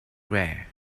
rare